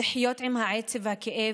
לחיות עם העצב והכאב,